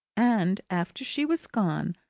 and after she was gone,